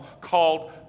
called